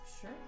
Sure